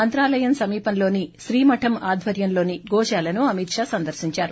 మంత్రాలయం సమీపంలోని శ్రీ మరం ఆధ్వర్యంలోని గోశాలను అమిత్ షా సందర్నించారు